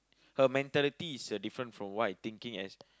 her mentality is a different from what I thinking as